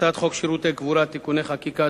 הצעת חוק שירותי קבורה (תיקוני חקיקה),